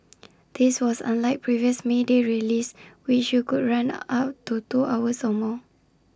this was unlike previous may day rallies which could run up to two hours or more